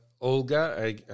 Olga